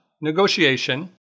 negotiation